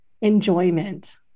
enjoyment